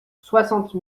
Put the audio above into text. soixante